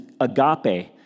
agape